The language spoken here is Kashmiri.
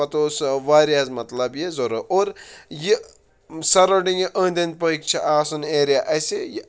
پَتہٕ اوس واریاہ حظ مطلب یہِ ضرَوٗرت اور یہِ سَرَوُنٛڈ یہِ أنٛدۍ أنٛدۍ پٔکۍ چھِ آسَن ایریا اَسِہ یہِ